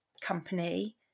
company